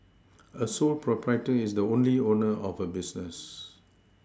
a sole proprietor is the only owner of a business